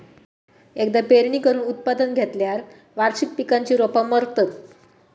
एकदा पेरणी करून उत्पादन घेतल्यार वार्षिक पिकांची रोपा मरतत